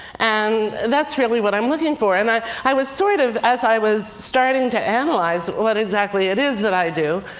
and that's really what i'm looking for. and i i was sort of, as i was starting to analyze what exactly it is that i do,